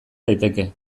daiteke